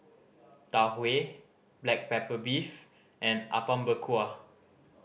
Tau Huay black pepper beef and Apom Berkuah